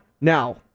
Now